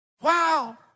wow